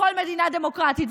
בכל מדינה דמוקרטית.